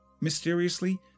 Mysteriously